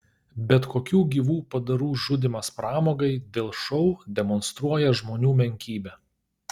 bet kokių gyvų padarų žudymas pramogai dėl šou demonstruoja žmonių menkybę